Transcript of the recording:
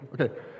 Okay